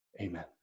amen